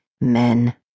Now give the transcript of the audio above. Men